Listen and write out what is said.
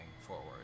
forward